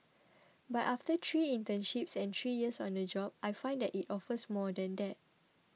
but after three internships and three years on the job I find that it offers more than that